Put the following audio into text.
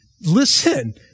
Listen